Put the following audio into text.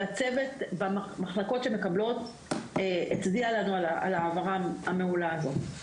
והצוות במחלקות שמקבלות הצדיע לנו על ההעברה המעולה הזאת.